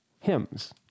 hymns